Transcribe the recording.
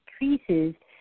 increases